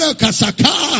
kasaka